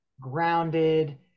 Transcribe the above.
grounded